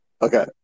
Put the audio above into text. Okay